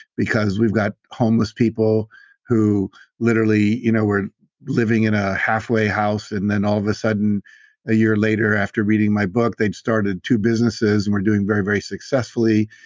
because we've got homeless people who literally you know were living in a halfway house and then all of a sudden a year later after reading my book, they'd started two businesses and were doing very very successfully.